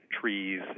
trees